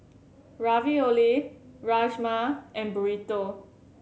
Ravioli Rajma and Burrito